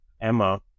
Emma